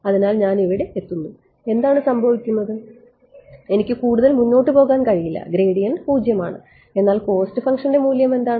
അതിനാൽ ഞാൻ ഇവിടെ എത്തുന്നു എന്താണ് സംഭവിക്കുന്നത് എനിക്ക് കൂടുതൽ മുന്നോട്ട് പോകാൻ കഴിയില്ല ഗ്രേഡിയന്റ് 0 ആണ് എന്നാൽ കോസ്റ്റ് ഫംഗ്ഷന്റെ മൂല്യം എന്താണ്